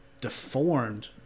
deformed